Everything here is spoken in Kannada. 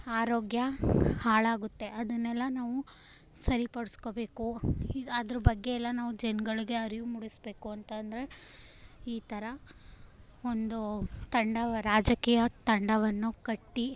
ಆರೋಗ್ಯ ಹಾಳಾಗುತ್ತೆ ಅದನ್ನೆಲ್ಲ ನಾವು ಸರಿಪಡ್ಸ್ಕೊಳ್ಬೇಕು ಇ ಅದ್ರ ಬಗ್ಗೆ ಎಲ್ಲ ನಾವು ಜನಗಳಿಗೆ ಅರಿವು ಮೂಡಿಸಬೇಕು ಅಂತ ಅಂದರೆ ಈ ಥರ ಒಂದು ತಂಡ ರಾಜಕೀಯ ತಂಡವನ್ನು ಕಟ್ಟಿ